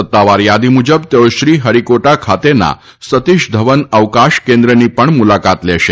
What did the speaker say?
સત્તાવાર યાદી મુજબ તેઓ શ્રી હરીકોટા ખાતેના સતીષ ધવન અવકાશ કેન્દ્રની પણ મુલાકાત લેશે